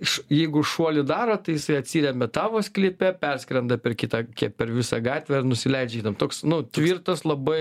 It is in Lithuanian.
iš jeigu šuolį daro tai jisai atsiremia tavo sklype perskrenda per kitą kie per visą gatvę ir nusileidžia toks nu tvirtas labai